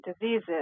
diseases